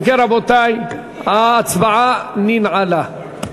אם כן, רבותי, ההצבעה ננעלה.